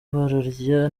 bararya